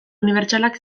unibertsalak